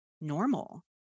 normal